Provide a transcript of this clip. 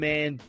Man